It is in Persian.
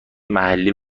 محلی